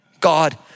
God